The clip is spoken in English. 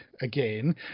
again